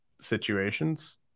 situations